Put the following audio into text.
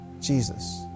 Jesus